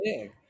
big